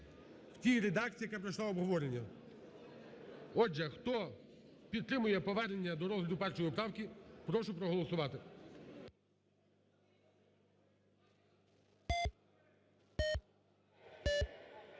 в тій редакції, яка пройшла обговорення. Отже, хто підтримує повернення до розгляду першої правки, прошу проголосувати.